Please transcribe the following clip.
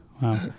Wow